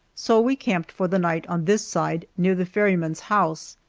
so we camped for the night on this side near the ferryman's house.